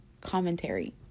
commentary